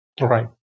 Right